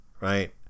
Right